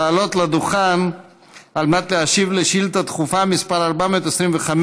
לעלות לדוכן ולהשיב על שאילתה דחופה מס' 425,